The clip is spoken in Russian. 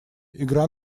игра